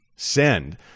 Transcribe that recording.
send